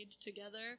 together